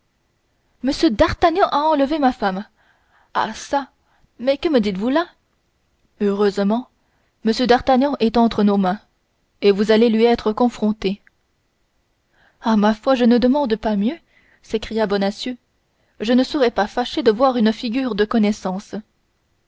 d'artagnan a enlevé ma femme ah çà mais que me dites-vous là heureusement m d'artagnan est entre nos mains et vous allez lui être confronté ah ma foi je ne demande pas mieux s'écria bonacieux je ne serais pas fâché de voir une figure de connaissance